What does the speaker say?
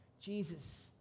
Jesus